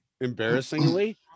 embarrassingly